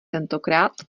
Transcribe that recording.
tentokrát